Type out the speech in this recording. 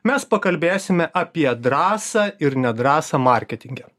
mes pakalbėsime apie drąsą ir nedrąsą marketinge